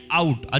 out